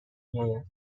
میآید